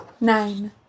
Nine